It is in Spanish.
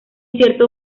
cierto